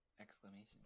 Exclamation